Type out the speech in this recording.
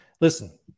Listen